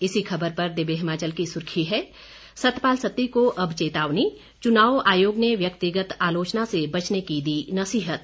इसी खबर पर दिव्य हिमाचल की सुर्खी है सतपाल सत्ती को अब चेतावनी चुनाव आयोग ने व्यक्तिगत आलोचना से बचने की दी नसीहत